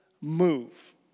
move